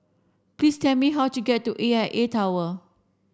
please tell me how to get to A I A Tower